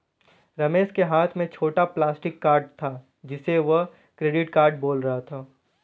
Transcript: रमेश के हाथ में छोटा प्लास्टिक कार्ड था जिसे वह क्रेडिट कार्ड बोल रहा था